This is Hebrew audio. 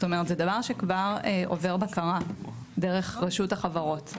זה דבר שהוא כבר עובר בקרה דרך רשות החברות.